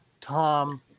Tom